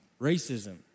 racism